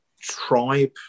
tribe